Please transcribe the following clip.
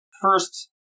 first